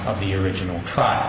of the original trial